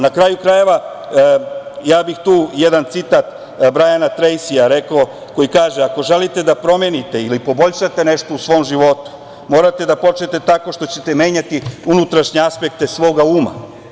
Na kraju krajeva, ja bih tu jedan citat Brajana Trejsija rekao, koji kaže: "Ako želite da promenite ili poboljšate nešto u svom životu, morate da počnete tako što ćete menjati unutrašnje aspekte svoga uma"